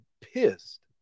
pissed